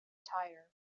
tire